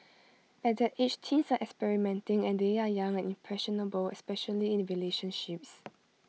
at that age teens are experimenting and they are young and impressionable especially in relationships